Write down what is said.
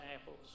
apples